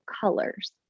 colors